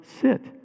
sit